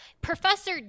Professor